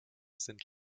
sind